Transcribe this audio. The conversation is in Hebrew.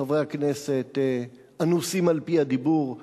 חברי הכנסת אנוסים על-פי הדיבור,